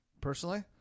personally